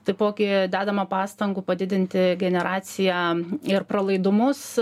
taipogi dedama pastangų padidinti generaciją ir pralaidumus